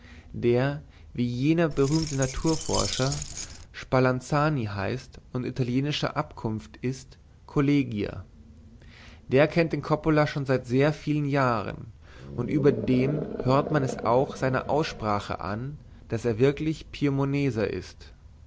der wie jener berühmte naturforscher spalanzani heißt und italienischer abkunft ist kollegia der kennt den coppola schon seit vielen jahren und überdem hört man es auch seiner aussprache an daß er wirklich piemonteser ist